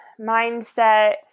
mindset